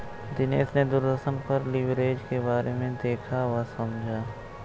दिनेश ने दूरदर्शन पर लिवरेज के बारे में देखा वह समझा